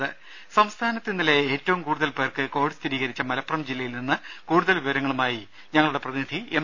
രേര സംസ്ഥാനത്ത് ഇന്നലെ ഏറ്റവും കൂടുതൽ പേർക്ക് കോവിഡ് സ്ഥിരീകരിച്ച മലപ്പുറം ജില്ലയിൽ നിന്ന് കൂടുതൽ വിവരങ്ങളുമായി ഞങ്ങളുടെ പ്രതിനിധി എം